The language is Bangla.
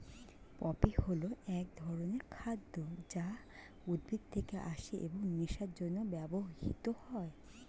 পপি হল এক ধরনের খাদ্য যা উদ্ভিদ থেকে আসে এবং নেশার জন্য ব্যবহৃত হয়